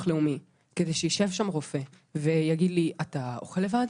לאומי כדי שישב שם רופא ויגיד לי "אתה אוכל לבד?